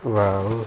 well